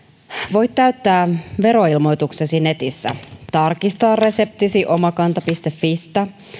voit täyttää veroilmoituksesi netissä tarkistaa reseptisi omakanta fistä fistä